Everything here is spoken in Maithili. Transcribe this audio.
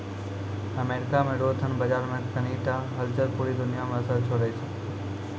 अमेरिका रो धन बाजार मे कनी टा हलचल पूरा दुनिया मे असर छोड़ै छै